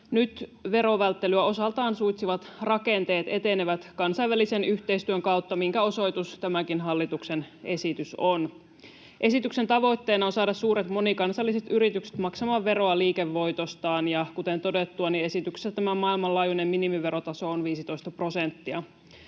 Nyt verovälttelyä osaltaan suitsivat rakenteet etenevät kansainvälisen yhteistyön kautta, minkä osoitus tämäkin hallituksen esitys on. Esityksen tavoitteena on saada suuret monikansalliset yritykset maksamaan veroa liikevoitostaan, ja kuten todettua, niin esityksessä tämä maailmanlaajuinen minimiverotaso on 15 prosenttia.